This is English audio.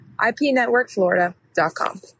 ipnetworkflorida.com